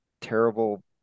terrible